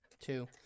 Two